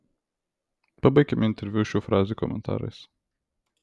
pabaikime interviu šių frazių komentarais